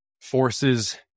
forces